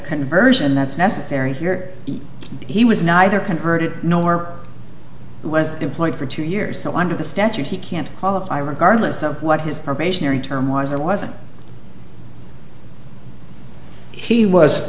conversion that's necessary here he was neither converted nor was employed for two years so under the statute he can't qualify regardless of what his probationary term was or wasn't he was